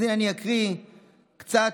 אז אני אקריא קצת,